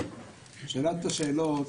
שאלת השאלות,